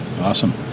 Awesome